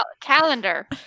calendar